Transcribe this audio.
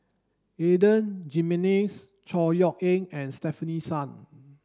Adan Jimenez Chor Yeok Eng and Stefanie Sun